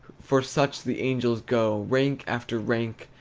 for such the angels go, rank after rank,